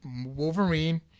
Wolverine